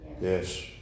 Yes